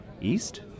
East